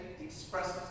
expresses